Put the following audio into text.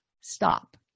stop